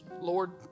Lord